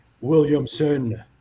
williamson